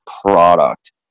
product